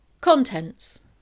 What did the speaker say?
Contents